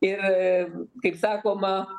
ir kaip sakoma